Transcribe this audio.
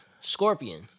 Scorpion